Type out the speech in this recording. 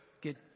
get